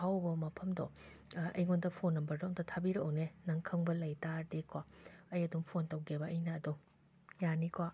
ꯑꯍꯥꯎꯕ ꯃꯐꯝꯗꯣ ꯑꯩꯉꯣꯟꯗ ꯐꯣꯟ ꯅꯝꯕꯔꯗꯨ ꯑꯝꯇ ꯊꯥꯕꯤꯔꯛꯎꯅꯦ ꯅꯪ ꯈꯪꯕ ꯂꯩ ꯇꯥꯔꯗꯤꯀꯣ ꯑꯩ ꯑꯗꯨꯝ ꯐꯣꯟ ꯇꯧꯒꯦꯕ ꯑꯩꯅ ꯑꯗꯨꯝ ꯌꯥꯅꯤꯀꯣ